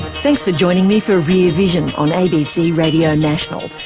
thanks for joining me for rear vision on abc radio national.